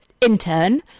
Intern